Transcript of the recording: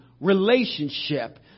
relationship